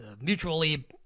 mutually